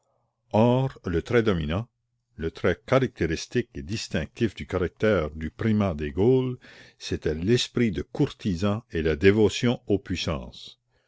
or le trait dominant le trait caractéristique et distinctif du caractère du primat des gaules c'était l'esprit de courtisan et la dévotion aux puissances